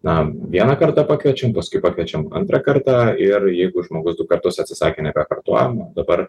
na vieną kartą pakviečiam paskui pakviečiam antrą kartą ir jeigu žmogus du kartus atsisakė nebekartojam dabar